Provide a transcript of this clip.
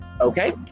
okay